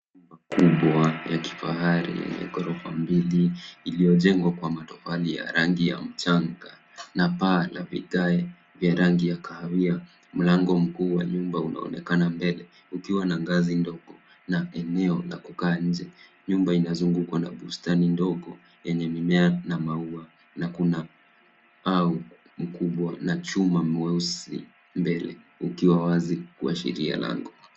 Nyumba kubwa, ya kifahari yenye ghorofa mbili, iliyojengwa kwa matofali ya rangi ya mchanga na paa la vigae vya rangi ya kahawia. Mlango mkuu wa nyumba unaonekana mbele, ukiwa na ngazi ndogo na eneo la kukaa nje. Nyumba inazungukwa na bustani ndogo, yenye mimea na maua na kuna ua mkubwa na chuma mweusi mbele, ikiwa wazi kuashiria langu.